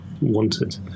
wanted